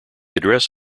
address